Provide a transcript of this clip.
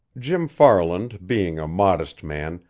jim farland, being a modest man,